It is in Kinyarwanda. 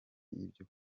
ibyo